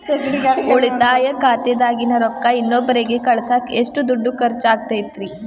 ಉಳಿತಾಯ ಖಾತೆದಾಗಿನ ರೊಕ್ಕ ಇನ್ನೊಬ್ಬರಿಗ ಕಳಸಾಕ್ ಎಷ್ಟ ದುಡ್ಡು ಖರ್ಚ ಆಗ್ತೈತ್ರಿ?